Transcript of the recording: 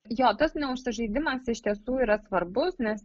jo tas neužsižaidimas iš tiesų yra svarbus nes